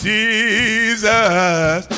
Jesus